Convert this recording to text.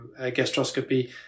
gastroscopy